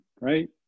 right